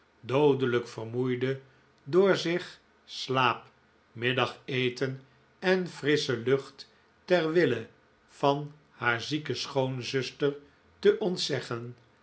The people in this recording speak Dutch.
doodelijk vermoeide door zich slaap middageten en frissche lucht ter wille van haar zieke schoonzuster te ontzeggen